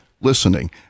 listening